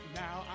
now